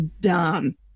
dumb